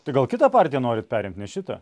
tai gal kitą partiją norit perimt ne šitą